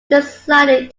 deciding